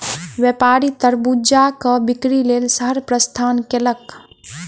व्यापारी तरबूजक बिक्री लेल शहर प्रस्थान कयलक